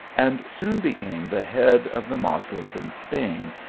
and soon became the head of the moslems in spain,